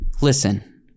Listen